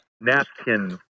napkin